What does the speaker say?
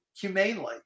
humanely